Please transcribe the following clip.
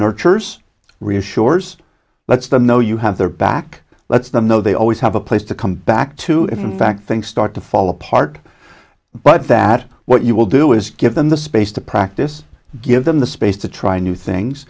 nurtures reassures lets them know you have their back lets them know they always have a place to come back to if in fact things start to fall apart but that what you will do is give them the space to practice give them the space to try new things